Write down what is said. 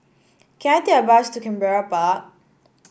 can I take a bus to Canberra Park